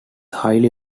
highly